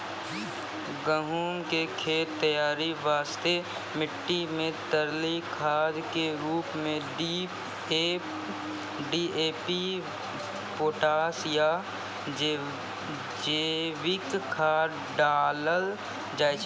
गहूम के खेत तैयारी वास्ते मिट्टी मे तरली खाद के रूप मे डी.ए.पी पोटास या जैविक खाद डालल जाय छै